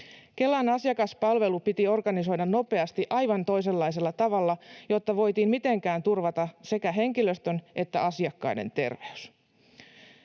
Kelan asiakaspalvelu piti organisoida nopeasti aivan toisenlaisella tavalla, jotta voitiin mitenkään turvata sekä henkilöstön että asiakkaiden terveys.